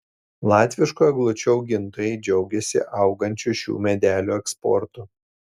latviškų eglučių augintojai džiaugiasi augančiu šių medelių eksportu